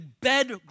bed